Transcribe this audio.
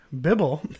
bibble